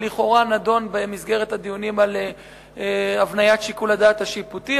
ולכאורה נדון במסגרת הדיונים על הבניית שיקול הדעת השיפוטי,